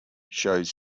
shows